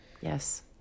yes